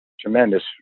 tremendous